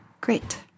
Great